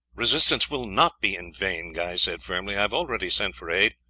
resistance will not be in vain, guy said firmly. i have already sent for aid,